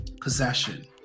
possession